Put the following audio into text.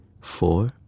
four